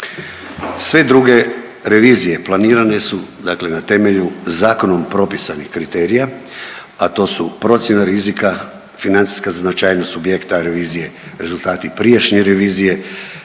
Sve druge revizije planirane su na temelju zakonom propisanih kriterija, a to su procjena rizika, financijska značajnost subjekta revizije, rezultati prijašnje revizije,